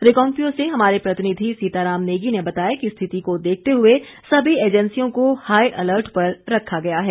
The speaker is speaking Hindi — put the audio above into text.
रिकांगपिओ से हमारे प्रतिनिधि सीताराम नेगी ने बताया कि स्थिति को देखते हुए सभी एजेंसियों को हाई अलर्ट पर रखा गया है